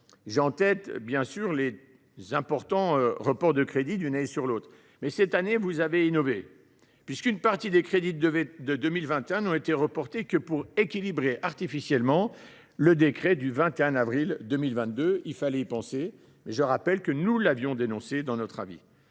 en tête, bien sûr, les importants reports de crédits d’une année sur l’autre. Mais cette année, vous avez innové, monsieur le ministre, puisqu’une partie des crédits de 2021 n’ont été reportés que pour équilibrer artificiellement le décret du 21 avril 2022 – il fallait y penser !–, ce que nous avons dénoncé dans notre avis.